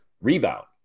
rebound